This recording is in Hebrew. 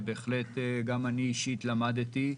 וגם אני אישית למדתי.